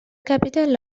capital